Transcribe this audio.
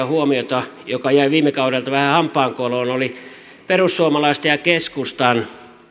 huomiota joka jäi viime kaudelta vähän hampaankoloon oli perussuomalaisten ja keskustan